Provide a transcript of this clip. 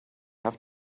have